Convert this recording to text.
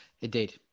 Indeed